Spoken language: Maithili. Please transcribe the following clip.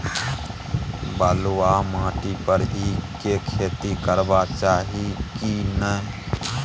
बलुआ माटी पर ईख के खेती करबा चाही की नय?